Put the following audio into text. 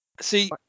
See